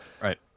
Right